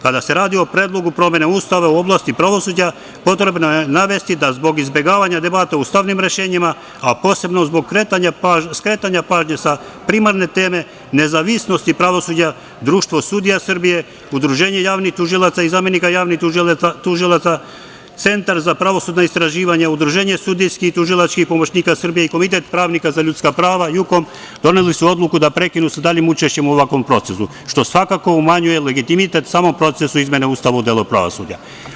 Kada se radi o predlogu promene Ustava u oblasti pravosuđa, potrebno je navesti da zbog izbegavanja debate u ustavnim rešenjima, a posebno zbog skretanja pažnje sa primarne teme, nezavisnosti pravosuđa, Društvo sudija Srbije, Udruženje javnih tužilaca i zamenika javnih tužilaca, Centar za pravosudna istraživanja, Udruženje sudijskih i tužilačkih pomoćnika Srbije i Komitet pravnika za ljudska prava JUKOM, doneli su odluku da prekinu sa daljim učešćem u ovakvom procesu, što svakako umanjuje legitimitet samom procesu izmene Ustava u delu pravosuđa.